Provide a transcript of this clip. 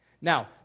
Now